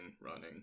running